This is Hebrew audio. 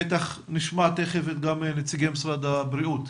בוודאי נשמע תכף גם את נציגי משרד הבריאות.